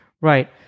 Right